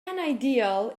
ideal